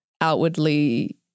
outwardly